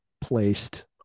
placed